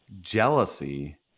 jealousy